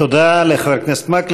תודה לחבר הכנסת מקלב.